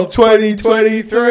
2023